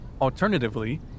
Alternatively